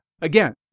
again